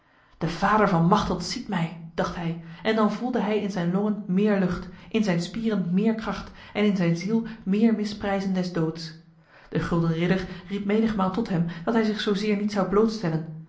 de vader van machteld ziet mij dacht hij en dan voelde hij in zijn longen meer lucht in zijn spieren meer kracht en in zijn ziel meer misprijzen des doods de gulden ridder riep menigmaal tot hem dat hij zich zozeer niet zou